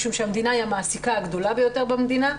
משום שהמדינה היא המעסיקה הגדולה ביותר במדינה,